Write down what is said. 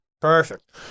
Perfect